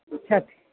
छथि